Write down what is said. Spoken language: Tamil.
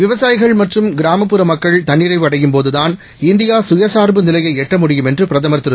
விவசாயிகள்மற்றும்கிராமப்புறமக்கள்தன்னிறைவுஅடையும் போதுதான் இந்தியாசுயச்சார்புநிலையைஎட்டமுடியும்என்றுபிரதமர்திரு